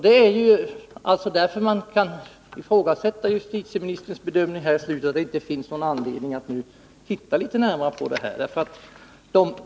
Det är därför man kan ifrågasätta justitieministerns bedömning i slutet av svaret att det inte finns någon anledning att titta litet närmare på denna sak.